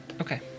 Okay